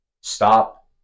stop